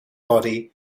body